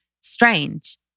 strange